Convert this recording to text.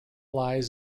lies